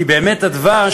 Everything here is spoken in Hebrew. ובאמת הדבש